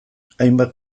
hainbat